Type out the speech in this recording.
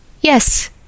Yes